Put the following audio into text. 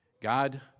God